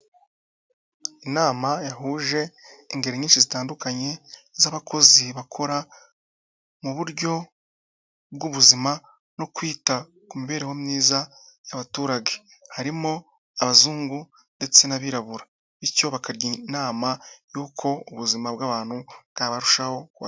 Inama yahuje ingeri nyinshi zitandukanye z'abakozi bakora mu buryo bw'ubuzima no kwita ku mibereho myiza y'abaturage. Harimo abazungu ndetse n'abirabura bityo bakagira inama y'uko ubuzima bw'abantu bwabarushaho kuba bwiza.